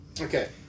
okay